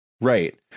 Right